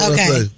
Okay